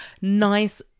nice